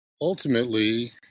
Ultimately